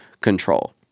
control